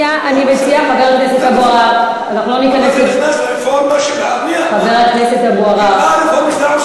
זה נכנס לרפורמה, חבר הכנסת אבו עראר.